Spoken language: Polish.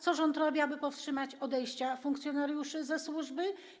Co rząd robi, aby powstrzymać odejścia funkcjonariuszy ze służby?